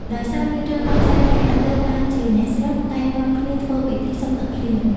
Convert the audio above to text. ដោយសារមានរឿងអស្ចារ្យនេះហើយ ទើបបានជាអ្នកស្រុក តែងនាំគ្នាធ្វើពិធីសុំទឹកភ្លៀង ។